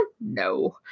No